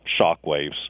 shockwaves